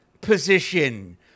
position